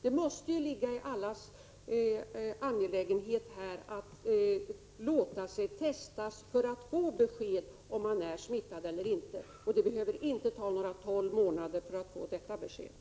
Det måste ligga i allas intresse att låta testa sig för att få besked om man är smittad. Det behöver inte ta tolv månader att få det beskedet.